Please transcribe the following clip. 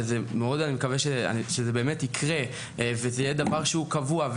אני מקווה שזה באמת יקרה וזה יהיה דבר קבוע,